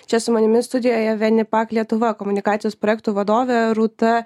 čia su manimi studijoje venipak lietuva komunikacijos projektų vadovė rūta